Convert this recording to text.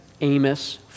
Amos